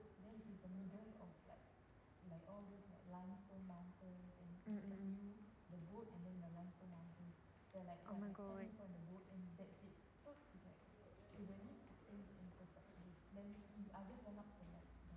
mm mm oh my god